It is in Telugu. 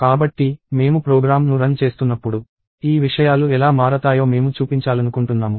కాబట్టి మేము ప్రోగ్రామ్ను రన్ చేస్తున్నప్పుడు ఈ విషయాలు ఎలా మారతాయో మేము చూపించాలనుకుంటున్నాము